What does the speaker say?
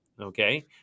Okay